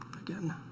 again